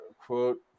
quote